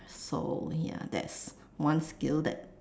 so ya that's one skill that